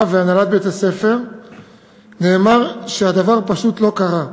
והנהלת בית-הספר נאמר שהדבר פשוט לא קרה.